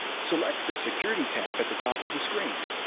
select the security tab at the top of the screen.